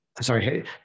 sorry